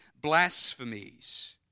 blasphemies